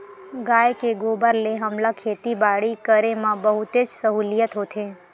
गाय के गोबर ले हमला खेती बाड़ी करे म बहुतेच सहूलियत होथे